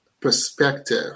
perspective